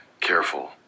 Careful